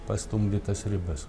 pastumdyt tas ribas